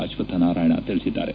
ಅಶ್ವತ್ತ ನಾರಾಯಣ ತಿಳಿಸಿದ್ದಾರೆ